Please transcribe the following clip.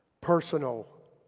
Personal